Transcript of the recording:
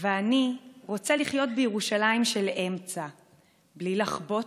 ואני רוצה לחיות בירושלים של אמצע / בלי לחבוט